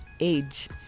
age